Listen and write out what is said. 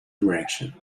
direction